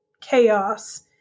chaos